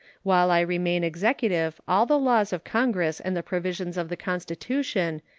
while i remain executive all the laws of congress and the provisions of the constitution,